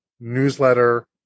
newsletter